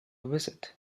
visit